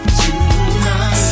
tonight